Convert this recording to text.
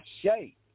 shape